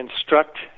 instruct